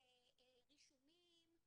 זה רישומים,